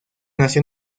nació